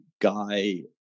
guy